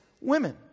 women